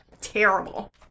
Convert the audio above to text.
Terrible